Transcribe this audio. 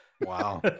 wow